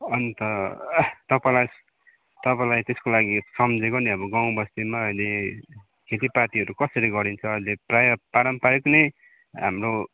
अन्त तपाईँलाई तपाईँलाई त्यसको लागि सम्झिएको नि अब गाउँ बस्तीमा अहिले खेतीपातीहरू कसरी गरिन्छ अहिले प्राय पारम्पारिक नै हाम्रो